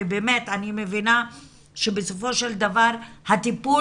ובאמת אני מבינה שבסופו של דבר הטיפול